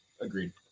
Agreed